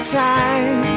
time